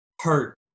hurt